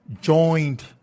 joined